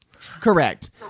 Correct